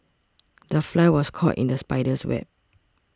the fly was caught in the spider's web